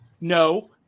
No